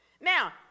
Now